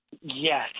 Yes